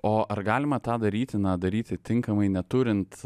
o ar galima tą daryti na daryti tinkamai neturint